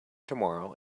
tomorrow